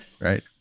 Right